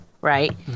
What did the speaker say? right